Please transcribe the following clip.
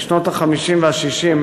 משנות ה-50 וה-60,